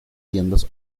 tiendas